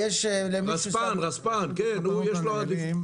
רספ"ן, רספ"ן, כן, יש לו עדיפות.